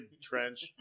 trench